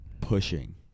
Pushing